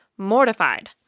mortified